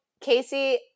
Casey